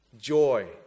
joy